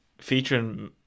featuring